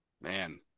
man